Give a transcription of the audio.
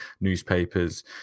newspapers